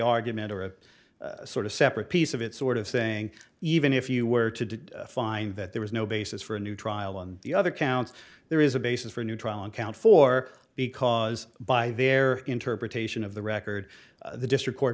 argument or a sort of separate piece of it sort of saying even if you were to find that there was no basis for a new trial on the other counts there is a basis for a new trial account for because by their interpretation of the record the district